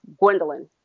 Gwendolyn